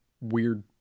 weird